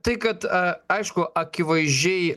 tai kad a aišku akivaizdžiai